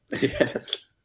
Yes